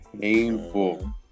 painful